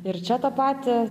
ir čia tą patį